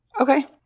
okay